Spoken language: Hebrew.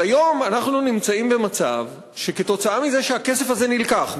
אבל היום אנחנו נמצאים במצב שכתוצאה מזה שהכסף הזה נלקח,